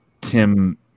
Tim